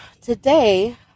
today